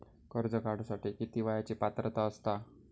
कर्ज काढूसाठी किती वयाची पात्रता असता?